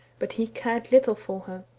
but he cared little for her.